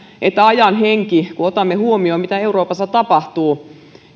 ajan hengen kun otamme huomioon mitä euroopassa tapahtuu